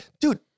Dude